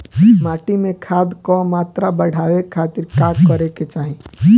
माटी में खाद क मात्रा बढ़ावे खातिर का करे के चाहीं?